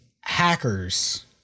hackers